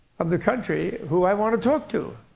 of the country who i want to talk to,